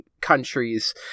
countries